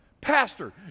Pastor